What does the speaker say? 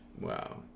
Wow